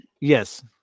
Yes